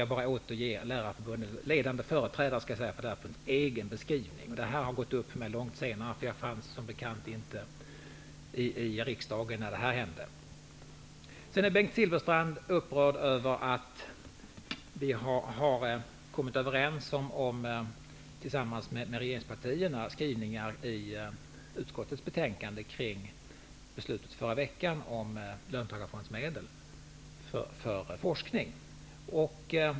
Jag återger alltså bara vad ledande företrädare för Lärarförbundet själva har beskrivit. Detta har gått upp för mig långt senare. Jag satt, som bekant, inte med i riksdagen när det här hände. Bengt Silfverstrand är upprörd över att vi har kommit överens med regeringspartierna om skrivningar i utskottsbetänkandet avseende beslutet förra veckan om löntagarfondsmedel för forskning.